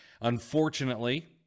unfortunately